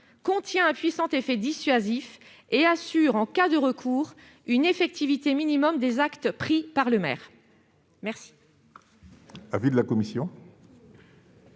ayant un puissant effet dissuasif et assurant, en cas de recours, une effectivité minimum des actes pris par le maire. Quel